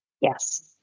Yes